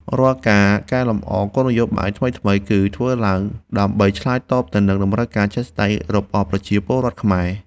រាល់ការកែលម្អគោលនយោបាយថ្មីៗ គឺធ្វើឡើងដើម្បីឆ្លើយតបទៅនឹងតម្រូវការជាក់ស្ដែងរបស់ប្រជាពលរដ្ឋខ្មែរ។